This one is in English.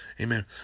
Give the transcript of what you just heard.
amen